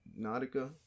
Nautica